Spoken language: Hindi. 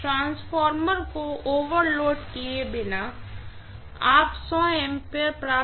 ट्रांसफार्मर को ओवरलोड किए बिना आपA प्राप्त कर पाएंगे सही